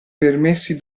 permessi